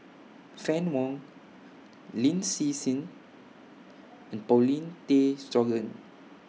Fann Wong Lin Hsin Hsin and Paulin Tay Straughan